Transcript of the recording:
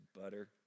butter